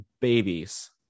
babies